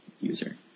user